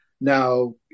Now